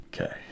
Okay